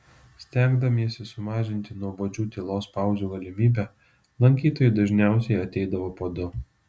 stengdamiesi sumažinti nuobodžių tylos pauzių galimybę lankytojai dažniausiai ateidavo po du